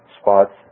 spots